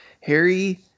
Harry